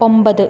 ഒമ്പത്